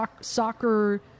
soccer